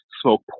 smoke